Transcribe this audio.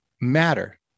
matter